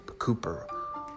Cooper